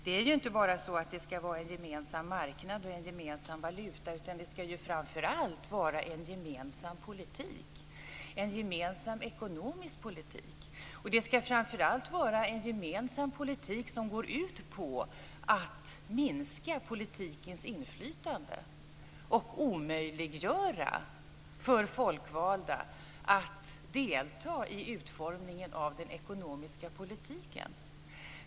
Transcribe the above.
Det ska inte bara vara en gemensam marknad och en gemensam valuta utan det ska ju framför allt vara en gemensam ekonomisk politik. Och det ska framför allt vara en gemensam politik som går ut på att minska politikens inflytande och omöjliggöra för folkvalda att delta i utformningen av den ekonomiska politiken.